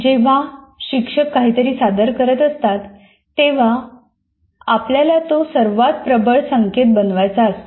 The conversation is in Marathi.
जेव्हा शिक्षक काहीतरी सादर करत असतात तेव्हा आपल्याला तो सर्वात प्रबळ संकेत बनवायचा असतो